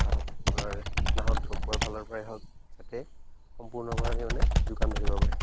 বা আপোনাৰ কীটনাশক দ্ৰব্যৰ ফালৰ পৰাই হওক যাতে সম্পূৰ্ণভাৱে মানে যোগান ধৰিব পাৰে